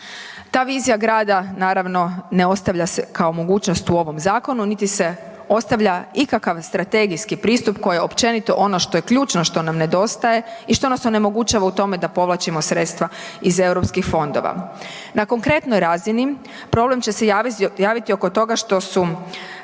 Ta vizija grada naravno ne ostavlja se kao mogućnost u ovom zakonu niti se ostavlja ikakav strategijski pristup koji je općenito ono što je ključno što nam nedostaje i što nas onemogućava u tome da povlačimo sredstva iz Europskih fondova. Na konkretnoj razini problem će se javiti oko toga što su